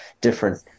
different